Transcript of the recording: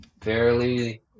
fairly